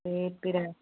पेट पिराए